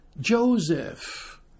Joseph